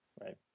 Right